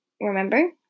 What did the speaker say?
remember